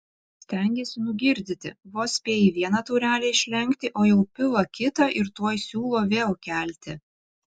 stengėsi nugirdyti vos spėji vieną taurelę išlenkti o jau pila kitą ir tuoj siūlo vėl kelti